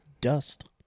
dust